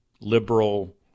liberal